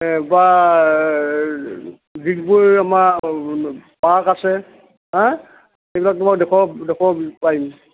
বা ডিগবৈ আমাৰ পাৰ্ক আছে হা এইবিলাক মই দেখোৱাব দেখোৱাব পাৰিম